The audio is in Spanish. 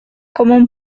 común